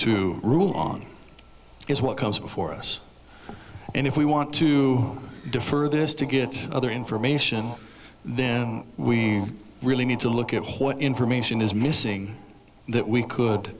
to rule on is what comes before us and if we want to defer this to get other information then we really need to look at what information is missing that we could